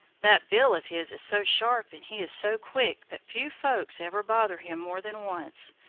that bill of his is so sharp and he is so quick that few folks ever bother him more than once.